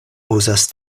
uzas